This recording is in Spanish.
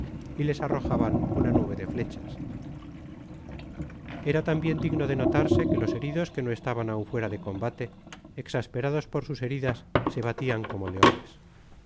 y les arrojaban una nube de flechas era tambien digno denotarse que los heridos que no estaban aun fuera de combate exasperados por sus heridas se batian como leones